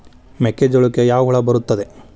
ಮೆಕ್ಕೆಜೋಳಕ್ಕೆ ಯಾವ ಹುಳ ಬರುತ್ತದೆ?